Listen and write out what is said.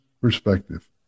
perspective